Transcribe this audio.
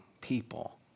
people